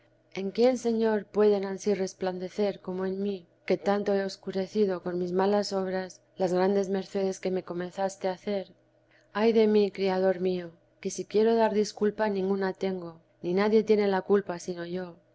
en quién señor pueden ansí resplandecer como en mí que tanto he escurecido con mis malas obras las grandes mercedes que me comenzastes a hacer ay de mí criador mío que si quiero dar disculpa ninguna tengo ni nadie tiene la culpa sino yo